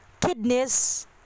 kidneys